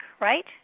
right